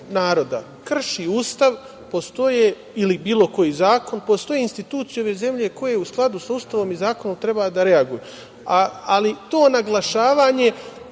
naroda krši Ustav ili bili koji zakon, postoje institucije ove zemlje koje u skladu sa Ustavom i zakonom treba da reaguju. Ali, to naglašavanje